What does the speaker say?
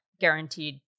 guaranteed